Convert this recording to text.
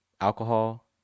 alcohol